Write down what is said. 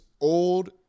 old